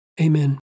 Amen